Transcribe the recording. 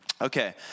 Okay